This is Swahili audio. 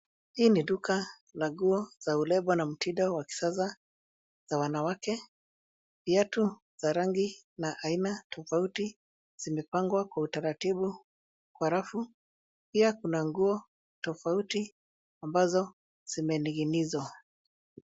Hii ni duka la nguo za kulefwa na mtindo wa kisasa za wanawake viatu za rangi na aina tafauti zimepangwa kwa utaratifu kwa rafu, pia kuna nguo tafauti ambazo zimeningi'nishwa.